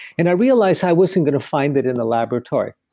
and i realized i wasn't going to find it in the laboratory.